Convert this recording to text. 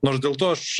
nors dėl to aš